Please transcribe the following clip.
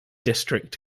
district